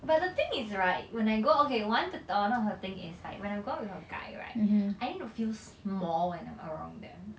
but the thing is right when I go okay one to tor~ not her thing is like when I go out with a guy right I need to feel small when I'm around them